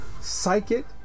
psychic